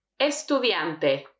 Estudiante